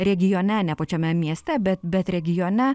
regione ne pačiame mieste bet bet regione